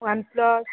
one plus